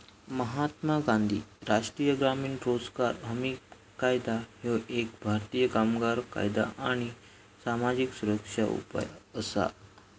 महात्मा गांधी राष्ट्रीय ग्रामीण रोजगार हमी कायदा ह्यो एक भारतीय कामगार कायदा आणि सामाजिक सुरक्षा उपाय असा